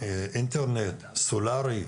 אינטרנט סולארי,